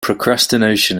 procrastination